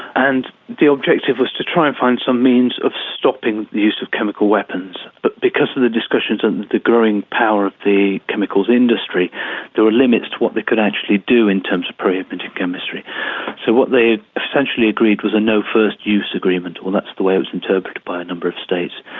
and the objective was to try and find some means of stopping the use of chemical weapons. but because of the discussions and the growing power of the chemicals industry there were limits to what they could actually do in terms of prohibited chemistry. so what they essentially agreed was a no first use agreement, or that's the way it was interpreted by number of states,